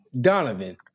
Donovan